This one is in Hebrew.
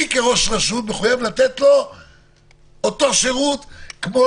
אבל אני כראש רשות מחויב לתת לו אותו שירות כמו